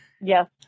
Yes